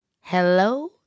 hello